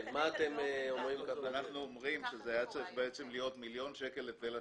זה היה צריך להיות מיליון שקל היטל השבחה,